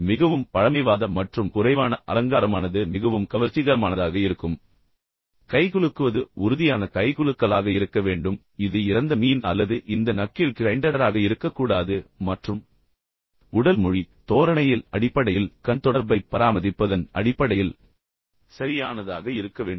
மிகவும் பழமைவாத மற்றும் குறைவான அலங்காரமானது மிகவும் கவர்ச்சிகரமானதாக இருக்கும் கைகுலுக்குவது உறுதியான கைகுலுக்கலாக இருக்க வேண்டும் இது இறந்த மீன் அல்லது இந்த நக்கிள் கிரைண்டராக இருக்கக்கூடாது மற்றும் உடல் மொழி தோரணையில் அடிப்படையில் கண் தொடர்பைப் பராமதிப்பதன் அடிப்படையில் சரியானதாக இருக்கவேண்டும்